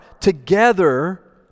together